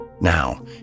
Now